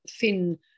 thin